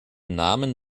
namen